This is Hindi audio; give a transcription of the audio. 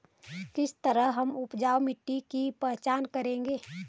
किस तरह हम उपजाऊ मिट्टी की पहचान करेंगे?